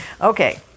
Okay